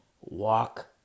walk